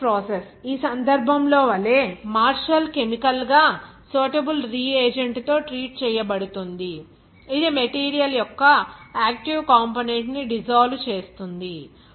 leaching process ఈ సందర్భంలో వలె మార్షల్ కెమికల్ గా సూటబుల్ రీ ఏజెంట్ తో ట్రీట్ చేయబడుతుంది ఇది మెటీరియల్ యొక్క యాక్టివ్ కంపోనెంట్ ని డిసోల్వ్ చేస్తుంది